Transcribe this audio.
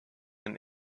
ein